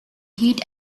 heat